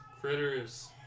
Critters